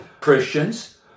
Christians